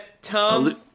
Tom